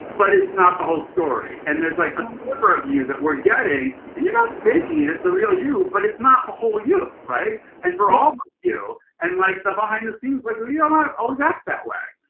but it's not the whole story. and there's like a sliver of you that we're getting and you're not faking it. it's the real you. but it's not the whole you, right? and for all of you and like the behind the scenes. like we don't always act that way.